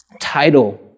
title